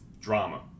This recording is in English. drama